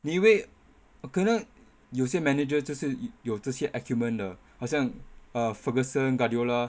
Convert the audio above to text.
你以为可能有些 manager 就是有这些 acumen 的好像 err ferguson guardiola